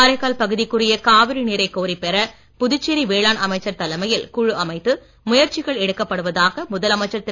காரைக்கால் பகுதிக்குரிய காவிரி நீரை கோரிப் பெற புதுச்சேரி வேளாண் அமைச்சர் தலைமையில் குழு அமைத்து முயற்சிகள் எடுக்கப்படுவதாக முதலமைச்சர் திரு